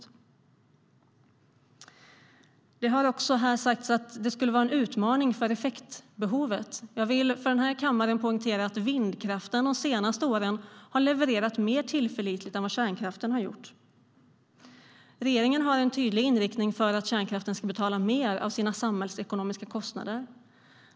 Regeringen har en tydlig inriktning för att kärnkraften ska betala mer av sina samhällsekonomiska kostnader.